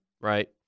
right